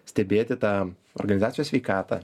stebėti tą organizacijos sveikatą